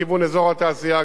יהיה מחלף נוסף.